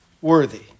worthy